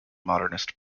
modernist